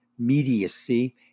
mediacy